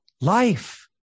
life